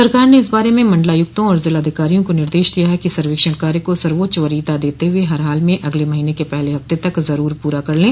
सरकार ने इस बारे में मंडलायुक्तों और जिलाधिकारियों को निर्देश दिया है कि सर्वेक्षण कार्य को सर्वोच्च वरीयता देते हुए हर हाल में अगले महीने के पहले हफ्ते तक जरूर पूरा कर लें